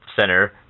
center